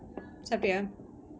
சாப்ட்டியா:saaptiyaa